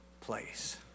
place